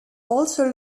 also